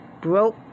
broke